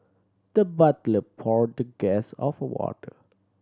the butler poured the guest of water